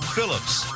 Phillips